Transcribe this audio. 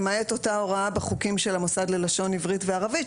למעט אותה הוראה בחוקים של המוסד ללשון עברית וערבית,